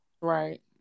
Right